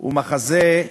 הוא מחזה,